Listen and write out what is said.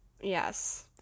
Yes